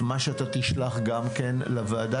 דיירים חוששים מכל מה שלא ידוע.